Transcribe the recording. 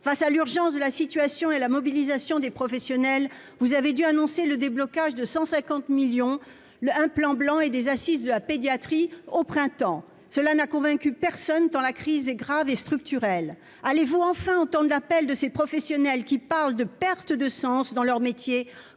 face à l'urgence de la situation et la mobilisation des professionnels, vous avez dû annoncer le déblocage de 150 millions le un plan blanc et des assises de la pédiatrie au printemps, cela n'a convaincu personne dans la crise est grave et structurelle allez-vous enfin, autant d'appels de ces professionnels qui parle de perte de sens dans leur métier,